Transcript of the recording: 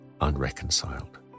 unreconciled